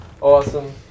Awesome